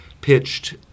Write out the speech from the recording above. pitched